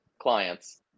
clients